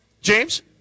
James